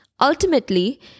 Ultimately